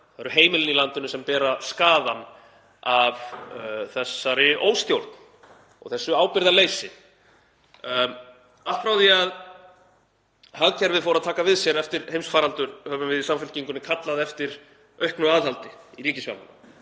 það eru heimilin í landinu sem bera skaðann af þessari óstjórn og þessu ábyrgðarleysi. Allt frá því að hagkerfið fór að taka við sér eftir heimsfaraldur höfum við í Samfylkingunni kallað eftir auknu aðhaldi í ríkisfjármálum.